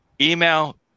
email